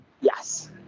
yes